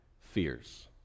fears